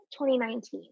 2019